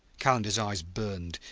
calendar's eyes burned,